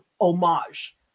homage